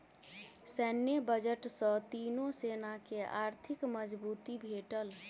सैन्य बजट सॅ तीनो सेना के आर्थिक मजबूती भेटल